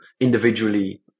individually